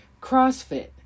crossfit